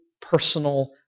personal